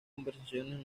conversaciones